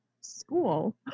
school